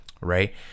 right